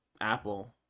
apple